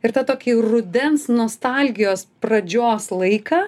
ir tą tokį rudens nostalgijos pradžios laiką